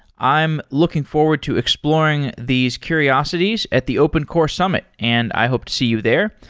i am looking forward to exploring these curiosities at the open core summit, and i hope to see you there.